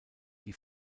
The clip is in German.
die